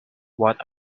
what